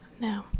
No